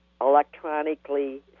electronically